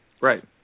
Right